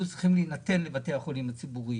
צריכים להינתן לבתי החולים הציבוריים.